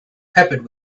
peppered